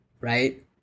right